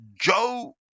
Joe